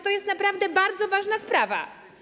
To jest naprawdę bardzo ważna sprawa.